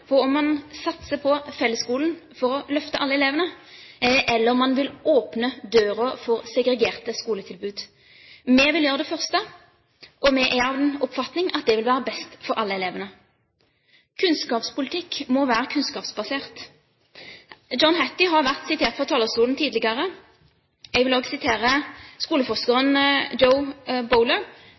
om man satser på fellesskolen for å løfte alle elevene, eller om man vil åpne døra for segregerte skoletilbud. Vi vil gjøre det første, og vi er av den oppfatning at det vil være best for alle elevene. Kunnskapspolitikk må være kunnskapsbasert. John Hattie har vært sitert fra talerstolen tidligere. Jeg vil også referere til skoleforskeren